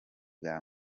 bwa